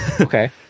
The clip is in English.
okay